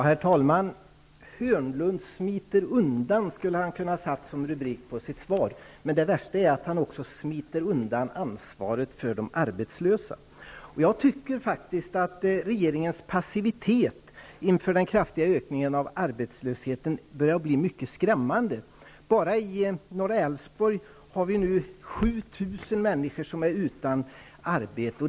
Herr talman! ''Hörnlund smiter undan'' skulle han kunna ha satt som rubrik på sitt svar. Men det västa är att han också smiter undan ansvaret för de arbetslösa. Regeringens passivitet inför den kraftiga ökningen av arbetslösheten börjar bli skrämmande. Bara i norra Älvsborg är nu 7 000 människor utan arbete.